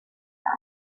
that